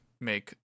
make